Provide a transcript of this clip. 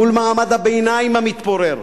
מול מעמד הביניים המתפורר,